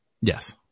Yes